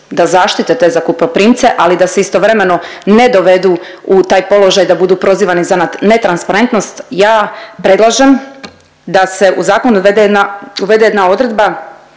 da zaštite te zakupoprimce, ali da se istovremeno ne dovedu u taj položaj da budu prozivani za netransparentnost. Ja predlažem da se u zakon uvede jedna, uvede